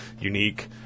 unique